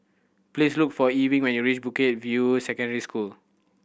please look for Ewing when you reach Bukit View Secondary School